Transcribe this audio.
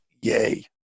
yay